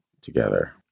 together